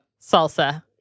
salsa